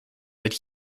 that